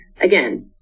again